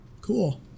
Cool